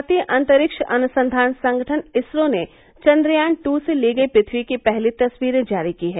भारतीय अंतरिक्ष अनुसंधान संगठन इसरो ने चंद्रयान ट् से ली गयी पृथ्वी की पहली तस्वीरें जारी की हैं